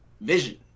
vision